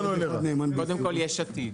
קודם כל יש עתיד.